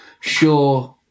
sure